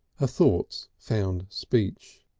ah thoughts found speech.